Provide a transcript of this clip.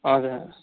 हजुर